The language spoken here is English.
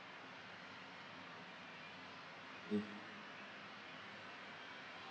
mm